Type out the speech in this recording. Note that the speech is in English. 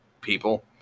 people